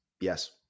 Yes